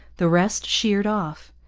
the rest sheered off.